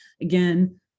Again